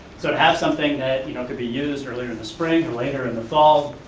so to have something that you know could be used earlier in the spring or later in the fall.